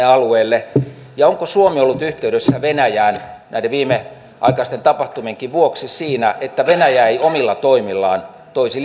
alueelle ja onko suomi ollut yhteydessä venäjään näiden viimeaikaistenkin tapahtumien vuoksi siinä että venäjä ei omilla sotatoimillaan toisi